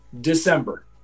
December